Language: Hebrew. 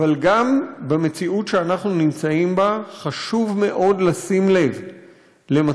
אבל גם במציאות שאנחנו נמצאים בה חשוב מאוד לשים לב למצב